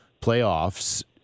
playoffs